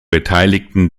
beteiligten